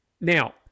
Now